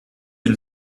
une